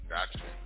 Gotcha